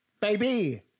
Baby